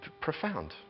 Profound